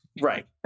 Right